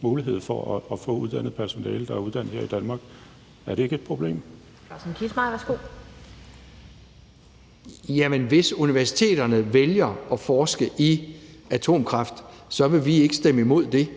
mulighed for at få uddannet personale, der er uddannet her i Danmark. Er det ikke et problem? Kl. 11:08 Den fg. formand (Annette Lind): Hr. Carsten Kissmeyer, værsgo. Kl. 11:08 Carsten Kissmeyer (V): Hvis universiteterne vælger at forske i atomkraft, vil vi ikke stemme imod det.